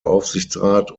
aufsichtsrat